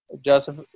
Joseph